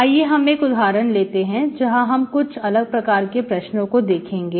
आइए हम एक और उदाहरण लेते हैं जहां हम कुछ अलग प्रकार के प्रश्नों को देखेंगे